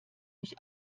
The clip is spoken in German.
mich